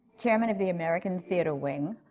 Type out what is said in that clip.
chair and of the american theatre wing,